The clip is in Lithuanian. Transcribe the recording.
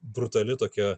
brutali tokia